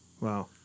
Wow